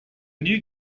new